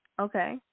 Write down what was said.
Okay